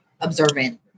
observant